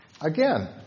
Again